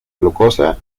glucosa